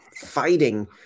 fighting